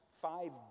five